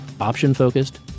option-focused